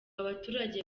abaturage